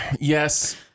yes